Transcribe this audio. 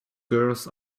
girls